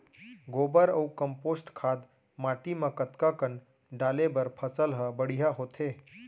गोबर अऊ कम्पोस्ट खाद माटी म कतका कन डाले बर फसल ह बढ़िया होथे?